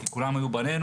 כי כולם היו בנינו,